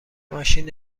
ماشین